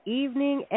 evening